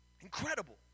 Incredible